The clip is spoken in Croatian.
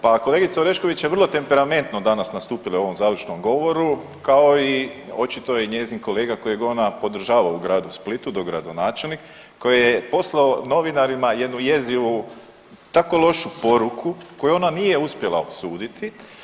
Pa kolegica Orešković je vrlo temperamentno danas nastupila u ovom završnom govoru kao i očito i njezin kolega kojega ona podržava u gradu Splitu, dogradonačelnik koji je poslao novinarima jednu jezivu tako lošu poruku koju ona nije uspjela osuditi.